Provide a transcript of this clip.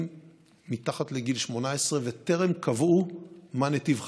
מתחת לגיל 18 וטרם קבעו מה נתיב חייהם.